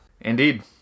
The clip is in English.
Indeed